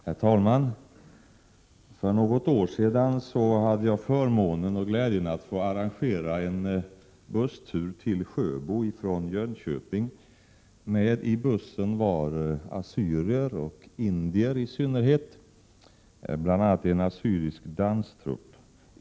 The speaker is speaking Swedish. Herr talman! För något år sedan hade jag förmånen och glädjen att få arrangera en busstur från Jönköping till Sjöbo. Med i bussen var i synnerhet assyrier och indier, bl.a. en assyrisk danstrupp.